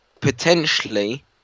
potentially